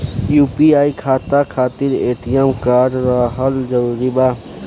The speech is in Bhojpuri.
यू.पी.आई खाता खातिर ए.टी.एम कार्ड रहल जरूरी बा?